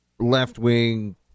left-wing